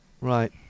right